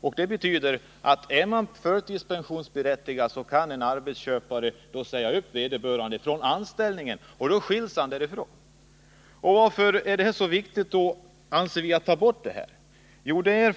Man kan då sägas upp från anställningen av arbetsköparen, och då skiljs man därifrån. Varför anser vi då att det är så viktigt att ta bort den möjligheten?